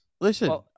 Listen